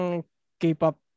K-pop